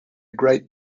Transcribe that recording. great